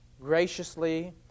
graciously